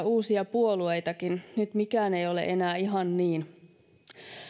uusia puolueitakin nyt mikään ei ole enää ihan niin